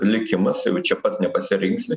likimas jau čia pat nepasirinksi